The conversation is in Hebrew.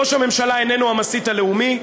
ראש הממשלה איננו המסית הלאומי,